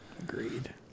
Agreed